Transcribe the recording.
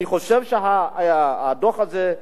אני חושב שהדוח הזה,